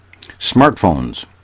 Smartphones